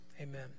amen